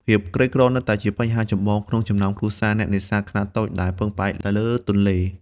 ភាពក្រីក្រ នៅតែជាបញ្ហាចម្បងក្នុងចំណោមគ្រួសារអ្នកនេសាទខ្នាតតូចដែលពឹងផ្អែកតែលើទន្លេ។